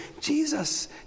Jesus